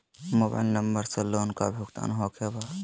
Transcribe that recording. Mobile number से loan का भुगतान होखे बा?